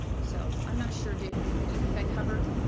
so, i'm not sure. do do you think i've covered